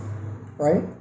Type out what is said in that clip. right